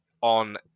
on